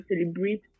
celebrate